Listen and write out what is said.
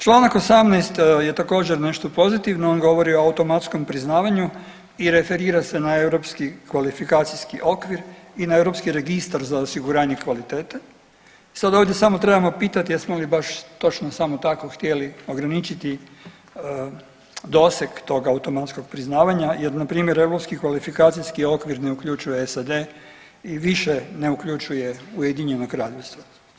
Članak 18. je također nešto pozitivno, on govori o automatskom priznavanju i referira se na Europski kvalifikacijski okvir i na Europski registar za osiguranje kvalitete i sad ovdje samo trebamo pitati jesmo li baš točno samo tako htjeli ograničiti doseg tog automatskog priznavanja jer npr. Europski kvalifikacijski okvir ne uključuje SAD i više ne uključuje Ujedinjeno Kraljevstvo.